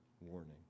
warning